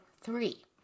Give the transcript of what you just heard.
three